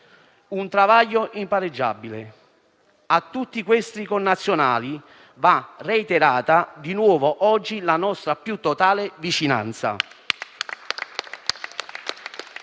un travaglio impareggiabile. A tutti questi connazionali va reiterata di nuovo oggi la nostra più totale vicinanza.